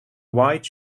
white